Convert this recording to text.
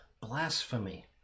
blasphemy